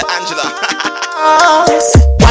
Angela